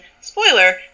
spoiler